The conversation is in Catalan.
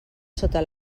sota